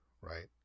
right